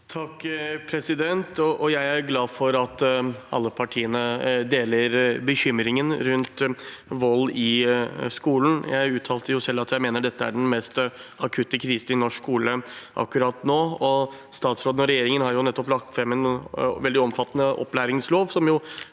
(FrP) Jeg er glad for at alle partiene deler bekymringen rundt vold i skolen. Jeg uttalte selv at jeg mener dette er den mest akutte krisen i norsk skole akkurat nå, og statsråden og regjeringen har nettopp lagt fram en veldig omfattende opplæringslov,